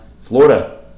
Florida